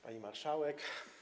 Pani Marszałek!